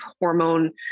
hormone